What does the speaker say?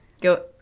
Go